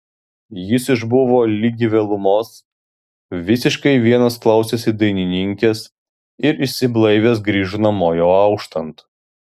jis išbuvo ligi vėlumos visiškai vienas klausėsi dainininkės ir išsiblaivęs grįžo namo jau auštant